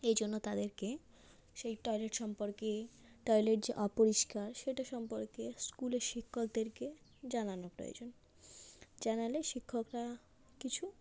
এজন্য তাদেরকে সেই টয়লেট সম্পর্কে টয়লেট যে অপরিষ্কার সেটা সম্পর্কে স্কুলের শিক্ষকদেরকে জানানো প্রয়োজন জানালে শিক্ষকরা কিছু